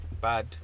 bad